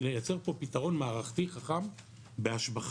הכוונה לייצר פה פתרון מערכתי חכם בהשבחה,